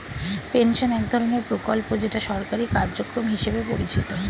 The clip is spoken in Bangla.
পেনশন এক ধরনের প্রকল্প যেটা সরকারি কার্যক্রম হিসেবে পরিচিত